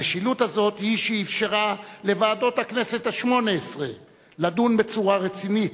המשילות הזאת היא שאפשרה לוועדות הכנסת השמונה-עשרה לדון בצורה רצינית,